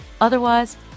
Otherwise